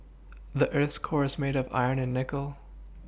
the earth's core is made of iron and nickel